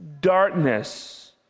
Darkness